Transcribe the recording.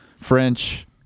French